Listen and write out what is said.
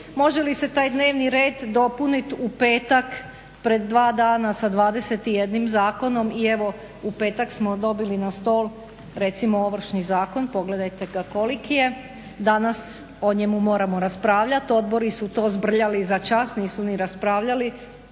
može li se taj dnevni red dopuniti u petak pred dva dana sa 21 zakonom i evo u petak smo dobili na stol recimo Ovršni zakon. Pogledajte ga koliki je, danas o njemu moramo raspravljati. Odbori su to zbrljali začas, nisu ni raspravljali